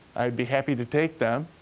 i'd be happy to take them.